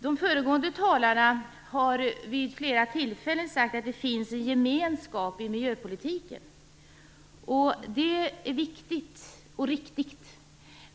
De föregående talarna har vid flera tillfällen sagt att det finns en gemenskap i miljöpolitiken. Det är viktigt och riktigt.